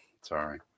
Sorry